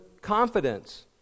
confidence